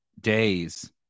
days